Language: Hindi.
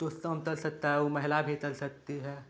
तुस ताम तल सकता है उ महिला भी तल सकती है